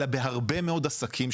אלא גם בהרבה מאוד עסקים,